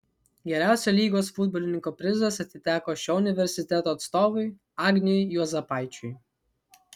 geriausio lygos futbolininko prizas atiteko šio universiteto atstovui agniui juozapaičiui